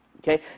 Okay